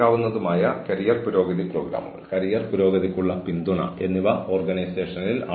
അതിനാൽ തീർച്ചയായും നിങ്ങളുടെ ജീവന് അപകടമുണ്ടാക്കുന്ന പ്രതിരോധ സേവനങ്ങളെ തടയുന്നത് നിങ്ങളുടെ ജോലി വിവരണത്തിന്റെ ഭാഗമാണ്